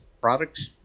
products